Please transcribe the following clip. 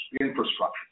infrastructure